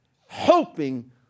hoping